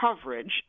coverage